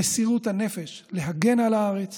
מסירות הנפש להגן על הארץ